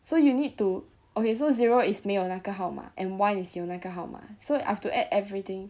so you need to okay so zero is 没有那个号码 and one is 有那个号码 I have to add everything